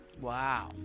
Wow